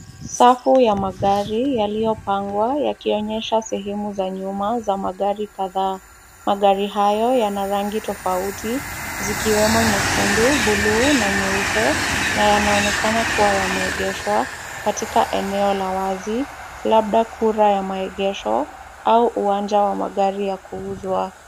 Safu ya magari yaliyopangwa yakionyesha sehemu za nyuma za magari kadhaa. Magari hayo yana rangi tofauti zikiwemo nyekundu, buluu na nyeupe na yanaonekana kuwa yameegeshwa, katika eneo la wazi, labda kura ya maegesho au uwanja wa magari ya kuuzwa.